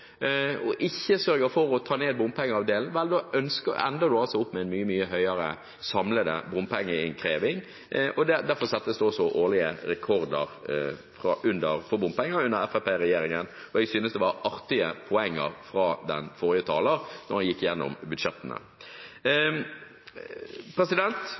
og ikke sørger for å ta ned bompengeandelen, ender man altså opp med en mye, mye høyere samlet bompengeinnkreving. Derfor settes det også årlige rekorder for bompenger under fremskrittspartiregjeringen. Jeg synes det var artige poeng fra forrige taler da han gikk gjennom budsjettene.